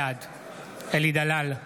בעד אלי דלל,